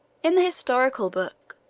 in the historical book,